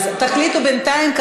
תחליטו בינתיים.